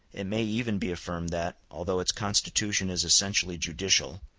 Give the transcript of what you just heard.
it may even be affirmed that, although its constitution is essentially judicial,